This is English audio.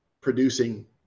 producing